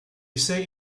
say